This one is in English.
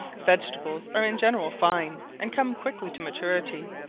vegetables are in general fine, and come quickly to maturity,